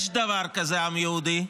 יש דבר כזה עם יהודי,